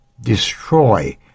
destroy